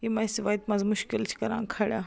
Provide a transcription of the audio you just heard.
یِم اَسہِ وَتہِ منٛز مُشکِل چھِ کَران کھڑا